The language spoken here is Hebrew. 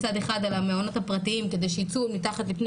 מצד אחד על המעונות הפרטיים כדי שיצאו מתחת לפני